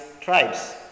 tribes